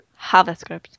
JavaScript